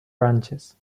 ranches